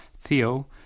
Theo